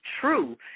true